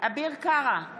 אביר קארה,